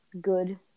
good